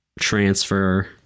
Transfer